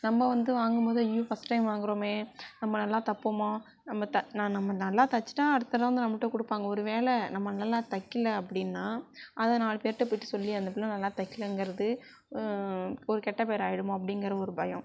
நம்ம வந்து வாங்கும் போது அய்யோ ஃபஸ்ட் டைம் வாங்குறோமே நம்ம நல்லா தைப்போமா நம்ம த நம்ம நல்லா தைச்சிட்டா அடுத்த தடவை வந்து நம்மள்ட கொடுப்பாங்க ஒருவேளை நம்ம நல்லா தைக்கல அப்படினா அதை நாலு பேர்கிட்ட போய்ட்டு சொல்லி அந்த பிள்ள நல்லா தைக்கலங்குறது ஒரு கெட்ட பேராக ஆயிடுமோ அப்படிங்குற ஒரு பயம்